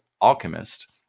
alchemist